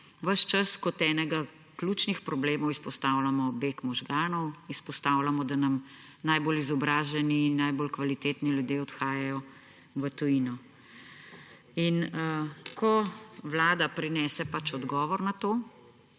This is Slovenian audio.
Ves čas kot enega ključnih problemov izpostavljamo beg možganov, izpostavljamo, da nam najbolj izobraženi in najbolj kvalitetni ljudje odhajajo v tujino. Ko Vlada s tem predlogom prinese odgovor na to,